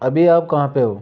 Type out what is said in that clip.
अभी आप कहाँ पे हो